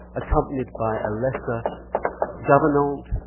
accompanied by a lesser governante,